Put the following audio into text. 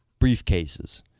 Briefcases